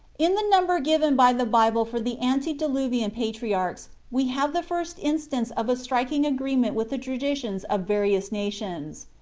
in the number given by the bible for the antediluvian patriarchs we have the first instance of a striking agreement with the traditions of various nations.